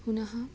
पुनः